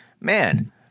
man